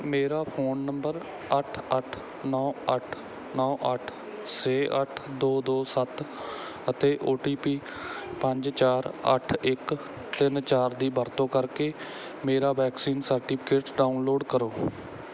ਮੇਰਾ phone number ਅੱਠ ਅੱਠ ਨੌਂ ਅੱਠ ਨੌਂ ਅੱਠ ਛੇ ਅੱਠ ਦੋ ਦੋ ਸੱਤ ਅਤੇ ਓ ਟੀ ਪੀ ਪੰਜ ਚਾਰ ਅੱਠ ਇੱਕ ਤਿੰਨ ਚਾਰ ਦੀ ਵਰਤੋਂ ਕਰਕੇ ਮੇਰਾ ਵੈਕਸੀਨ ਸਰਟੀਫਿਕੇਟ ਡਾਊਨਲੋਡ ਕਰੋ